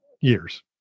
years